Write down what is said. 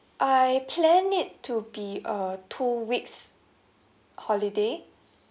I plan it to be a two weeks holiday